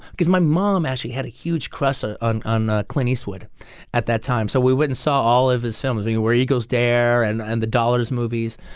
because my mom, as she had a huge crush on and clint eastwood at that time. so we wouldn't saw all of his films. thing where eagles dare and and the dollars movies.